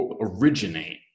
originate